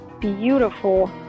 beautiful